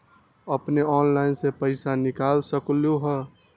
अपने ऑनलाइन से पईसा निकाल सकलहु ह?